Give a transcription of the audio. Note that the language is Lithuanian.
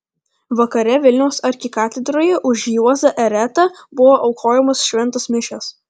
vakare vilniaus arkikatedroje už juozą eretą buvo aukojamos šventos mišios